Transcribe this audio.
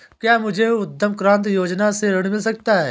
क्या मुझे उद्यम क्रांति योजना से ऋण मिल सकता है?